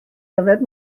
yfed